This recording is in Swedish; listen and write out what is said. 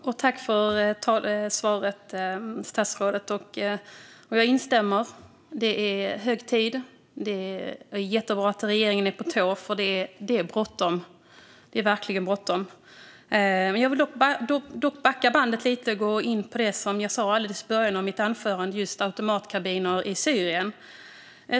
Fru talman! Jag tackar statsrådet för svaret. Jag instämmer. Det är hög tid. Det är jättebra att regeringen är på tå, för det är verkligen bråttom. Jag vill dock backa bandet lite och gå in på det jag sa alldeles i början av mitt anförande gällande automatkarbiner i Syrien.